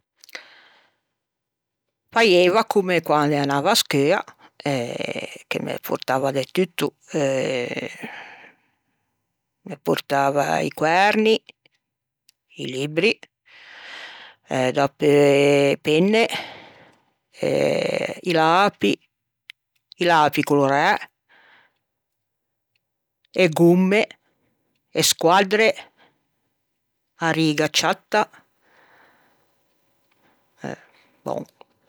faieiva comme quande anava à scheua che me portava de tutto. Me portava i quærni, i libbri e dapeu e penne, i lapi, i lapi coloræ, e gomme e squaddre, a riga ciatta e bon.